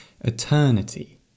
eternity